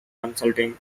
consulting